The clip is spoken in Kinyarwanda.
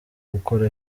gukora